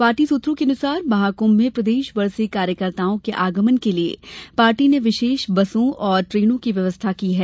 party सुत्रों के अनुसार महाकृंभ में प्रदेशभर से कार्यकर्ताओं के आगमन के लिये पार्टी ने विशेष बसों और ट्रेनों की भी व्यवस्था की है